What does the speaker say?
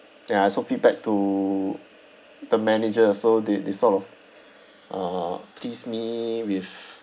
ya I also feedback to the manager so they they sort of uh please me with